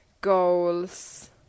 goals